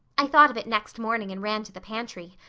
i thought of it next morning and ran to the pantry.